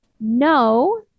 no